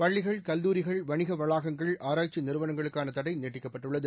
பள்ளிகள் கல்லூரிகள் வணிக வளாகங்கள் ஆராய்ச்சி நிறுவனங்களுக்கான தடை நீட்டிக்கப்பட்டுள்ளது